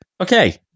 Okay